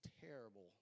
terrible